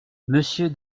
monsieur